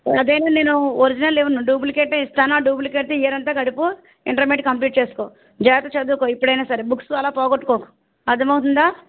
అదైనా నేను ఒరిజినల్ ఇవ్వను డూప్లికెటే ఇస్తాను ఆ డూప్లికేట్తో ఇయర్ అంతా గడుపు ఇంటర్మీడియట్ కంప్లీట్ చేసుకో జాగ్రత్తగా చదువుకో ఇప్పుడైనా సరే బుక్స్ అలా పోగొట్టుకోకు అర్ధమవుతుందా